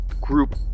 Group